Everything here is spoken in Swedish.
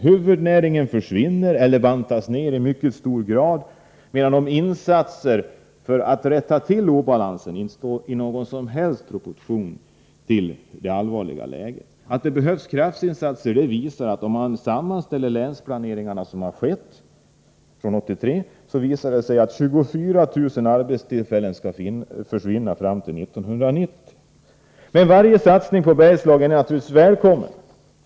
Huvudnäringen försvinner eller bantas ner i mycket hög grad, medan insatserna för att rätta till obalansen inte står i någon som helst proportion till det allvarliga läget. Att det behövs kraftinsatser framgår av de länsplaneringar som gjorts sedan 1983 och som visar att 24 000 arbetstillfällen försvinner fram till 1990. Men varje satsning på Bergslagen är naturligtvis välkommen.